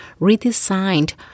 redesigned